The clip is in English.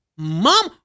Mom